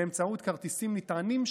באמצעות כרטיסים נטענים,